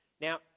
Now